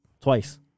twice